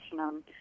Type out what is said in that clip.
on